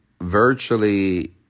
virtually